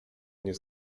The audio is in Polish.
nie